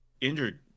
injured